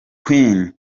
queens